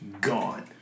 gone